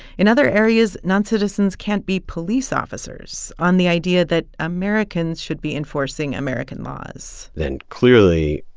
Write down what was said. in other areas, non-citizens can't be police officers on the idea that americans should be enforcing american laws then clearly,